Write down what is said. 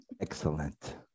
Excellent